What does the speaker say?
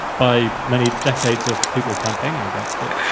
by many decades of people campaigning against it.